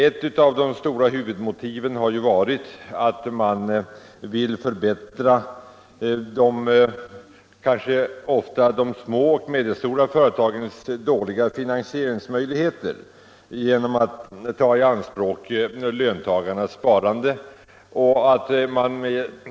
Ett av de stora huvudmotiven har varit att man vill förbättra de små och medelstora företagens dåliga finansieringsmöjligheter genom att ta i anspråk löntagarnas sparande.